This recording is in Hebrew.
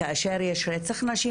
כאשר יש רצח נשים,